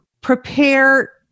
prepare